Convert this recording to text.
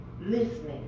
listening